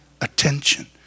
attention